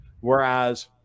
Whereas